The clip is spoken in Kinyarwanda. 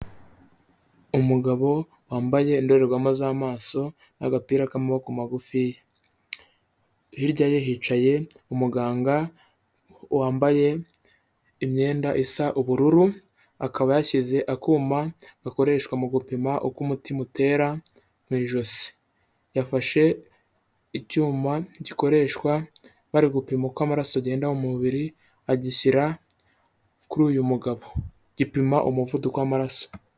Umugabo wambaye indorerwamo z'amaso n'agapira k'amaboko magufiya, hirya ye hicaye umuganga wambaye imyenda isa ubururu akaba yashyize akuma gakoreshwa mu gupima uko umutima utera mu ijosi, yafashe icyuma gikoreshwa bari gupima uko amaraso agenda mu mubiri agishyira kuri uyu mugabo, gipima umuvuduko w'amaraso.